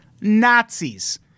Nazis